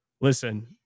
Listen